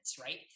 Right